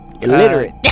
Illiterate